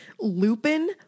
Lupin